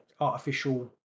artificial